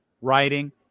writing